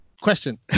Question